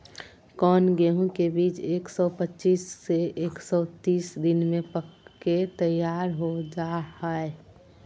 कौन गेंहू के बीज एक सौ पच्चीस से एक सौ तीस दिन में पक के तैयार हो जा हाय?